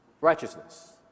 righteousness